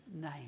name